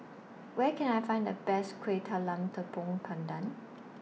Where Can I Find The Best Kuih Talam Tepong Pandan